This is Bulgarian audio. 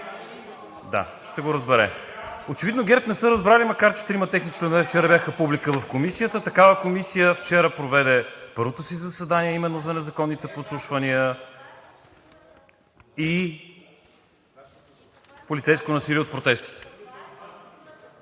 Да, ще го разбере. Очевидно ГЕРБ не са разбрали, макар че трима техни членове вчера бяха публика в Комисията. Такава комисия вчера проведе първото си заседание именно за незаконните подслушвания и полицейско насилие от протестите.